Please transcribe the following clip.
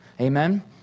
Amen